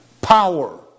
power